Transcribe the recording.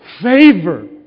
favor